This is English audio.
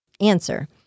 answer